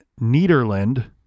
Nederland